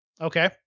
Okay